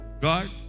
God